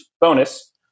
bonus